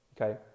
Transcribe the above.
Okay